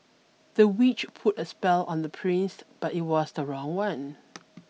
the witch put a spell on the prince but it was the wrong one